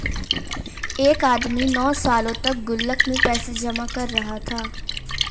एक आदमी नौं सालों तक गुल्लक में पैसे जमा कर रहा था